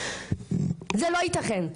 זה לא יתכן.